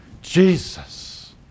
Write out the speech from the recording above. Jesus